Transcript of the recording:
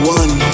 one